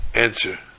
answer